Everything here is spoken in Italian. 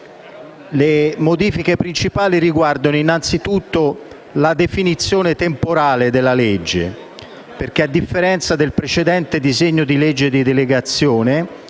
Le modifiche principali riguardano, innanzitutto, la definizione temporale della legge perché, a differenza del precedente disegno di legge di delegazione